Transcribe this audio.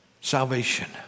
Salvation